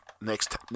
next